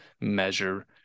measure